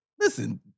Listen